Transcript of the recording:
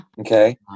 Okay